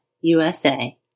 USA